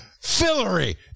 Fillery